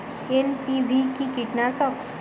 NPV কি কীটনাশক?